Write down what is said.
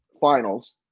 finals